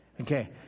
Okay